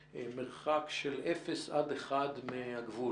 במרחק של אפס עד אחד קילומטר מהגבול,